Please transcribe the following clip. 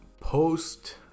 post